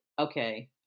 Okay